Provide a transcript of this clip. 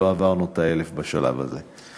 לא עברנו את ה-1,000 בשלב הזה.